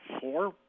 four